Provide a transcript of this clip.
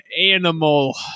animal